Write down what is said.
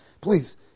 please